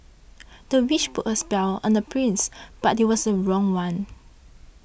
the witch put a spell on the prince but it was the wrong one